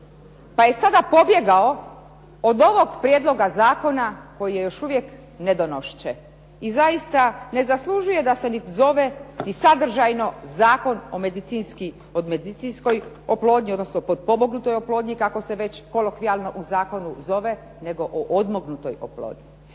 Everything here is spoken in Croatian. pa je sada pobjegao od ovog prijedloga zakona koji je još uvijek nedonošče. I zaista, ne zaslužuje da se ni zove ni sadržajno Zakon o medicinskoj oplodnji, odnosno potpomognutoj oplodnji kako se već kolokvijalno u zakonu zove, nego o odmognutoj oplodnji.